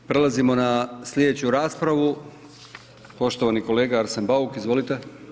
Prelazimo na slijedeću raspravu, poštovani kolega Arsen Bauk, izvolite.